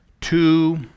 Two